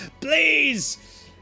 Please